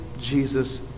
Jesus